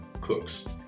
cooks